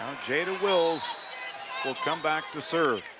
jada wills will come back to serve.